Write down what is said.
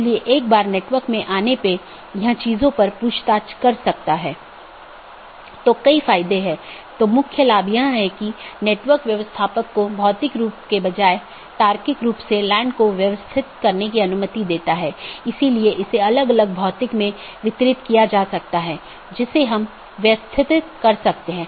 इसलिए यदि यह बिना मान्यता प्राप्त वैकल्पिक विशेषता सकर्मक विशेषता है इसका मतलब है यह बिना किसी विश्लेषण के सहकर्मी को प्रेषित किया जा रहा है